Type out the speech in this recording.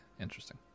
Interesting